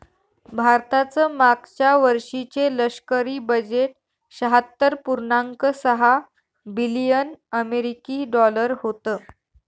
भारताचं मागच्या वर्षीचे लष्करी बजेट शहात्तर पुर्णांक सहा बिलियन अमेरिकी डॉलर होतं